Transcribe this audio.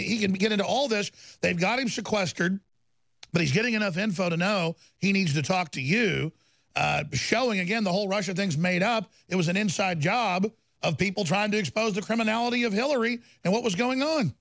he can get into all this they've got him sequestered but he's getting enough info to know he needs to talk to you showing again the whole russia things made up it was an inside job of people trying to expose the criminality of hillary and what was going on